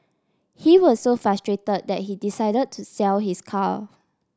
he was so frustrated that he decided to sell his car